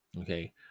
Okay